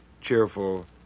cheerful